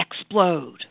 explode